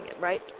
right